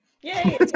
Yay